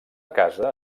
casa